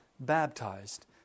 baptized